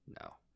No